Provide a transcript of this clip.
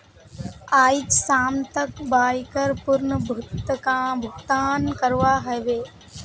आइज शाम तक बाइकर पूर्ण भुक्तान करवा ह बे